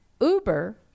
Uber